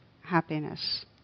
happiness